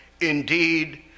indeed